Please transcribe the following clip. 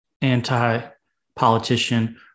anti-politician